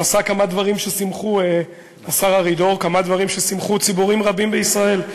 הוא עשה כמה דברים ששימחו ציבורים רבים בישראל,